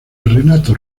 renato